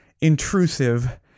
intrusive